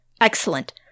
excellent